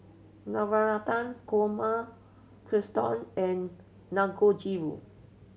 Navratan Korma Katsudon and Dangojiru